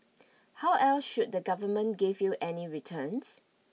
how else should the government give you any returns